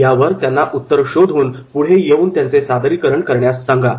यावर त्यांना उत्तर शोधून पुढे येऊन त्याचे सादरीकरण करण्यास सांगा